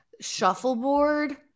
shuffleboard